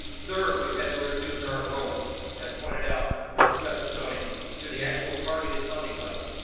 third, we've had to reduce our enrollment as pointed out by professor soni to the actual targeted funding level.